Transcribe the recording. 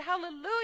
Hallelujah